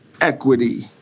equity